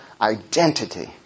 identity